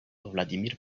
vladmir